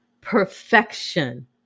Perfection